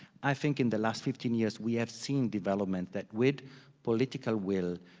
i think in the last fifteen years, we have seen developments that with political will,